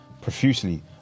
profusely